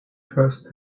first